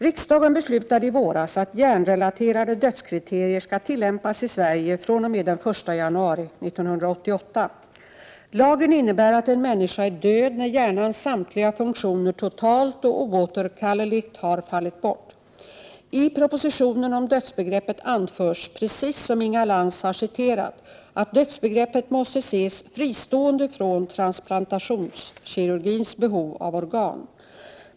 Riksdagen beslutade i våras att hjärnrelaterade dödskriterier skall tillämpas i Sverige fr.o.m. den 1 januari 1988. Lagen innebär att en människa är död när hjärnans samtliga funktioner totalt och oåterkalleligt har fallit bort. I propositionen om dödsbegreppet anförs, precis som Inga Lantz har citerat, att dödsbegreppet måste ses fristående från transplantationskirurgins behov av organ.